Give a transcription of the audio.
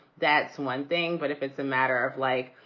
that's one thing. but if it's a matter of life,